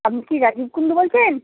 আপনি কি রাজীব কুন্ডু বলছেন